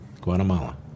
Guatemala